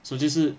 所以就是